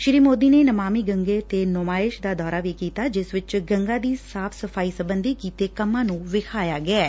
ਸ੍ਰੀ ਮੋਦੀ ਨੇ ਨਮਾਮੀ ਗੰਗੇ ਡੇ ਨੁਮਾਇਸ਼ ਦਾ ਦੌਰਾ ਵੀ ਕੀਤਾ ਜਿਸ ਵਿਚ ਗੰਗਾ ਦੀ ਸਫਾਈ ਸਬੰਧੀ ਕੀਤੇ ਕੰਮਾ ਨੂੰ ਵਿਖਾਇਆ ਗਿਐ